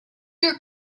your